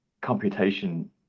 computation